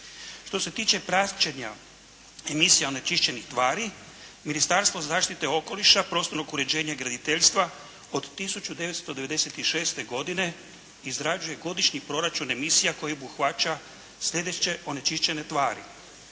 Što se tiče praćenja emisija onečišćenih tvari, Ministarstvo zaštite okoliša, prostornog uređenja i graditeljstva od 1996. godine izrađuje godišnji proračun emisija koji obuhvaća slijedeće onečišćene tvari.